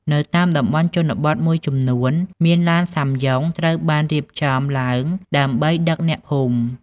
នៅតាមតំបន់ជនបទមួយចំនួនមានឡានសាំយ៉ុង ត្រូវបានរៀបចំឡើងដើម្បីដឹកអ្នកភូមិ។